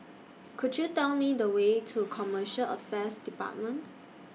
Could YOU Tell Me The Way to Commercial Affairs department